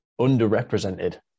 underrepresented